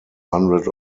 hundred